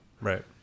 Right